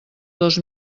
dos